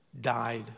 died